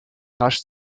rasch